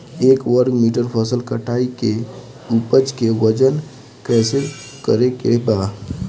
एक वर्ग मीटर फसल कटाई के उपज के वजन कैसे करे के बा?